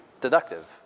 deductive